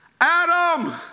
Adam